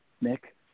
Nick